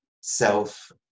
self